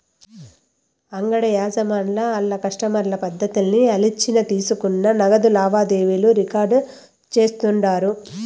అంగిడి యజమానులు ఆళ్ల కస్టమర్ల పద్దుల్ని ఆలిచ్చిన తీసుకున్న నగదు లావాదేవీలు రికార్డు చేస్తుండారు